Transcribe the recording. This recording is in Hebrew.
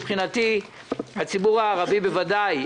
מבחינתי הציבור הערבי בוודאי,